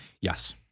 yes